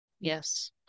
Yes